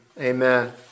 amen